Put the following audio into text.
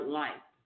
life